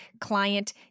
client